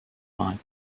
mine